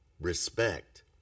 respect